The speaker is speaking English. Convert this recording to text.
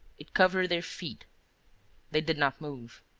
it covered their feet they did not move.